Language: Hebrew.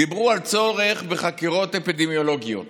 דיברו על צורך בחקירות אפידמיולוגיות